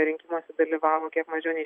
rinkimuose dalyvavo kiek mažiau nei